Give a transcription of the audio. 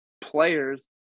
players